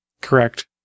correct